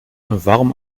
warum